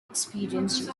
experienced